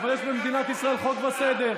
אבל יש במדינת ישראל חוק וסדר.